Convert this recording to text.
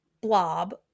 blob